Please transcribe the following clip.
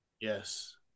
Yes